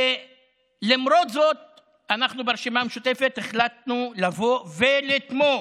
ולמרות זאת אנחנו ברשימה המשותפת החלטנו לבוא ולתמוך: